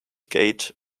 gate